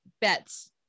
Bets